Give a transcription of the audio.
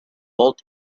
bolt